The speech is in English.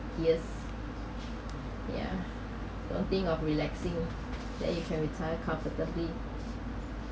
years yeah don't think of relaxing then you can retire comfortably